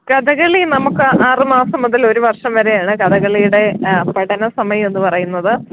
കഥകളി നമുക്ക് ആറ് മാസം മുതൽ ഒരു വർഷം വരെയാണ് കഥകളിയുടെ പഠന സമയമെന്ന് പറയുന്നത്